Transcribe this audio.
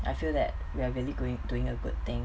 I feel that we are really going doing a good thing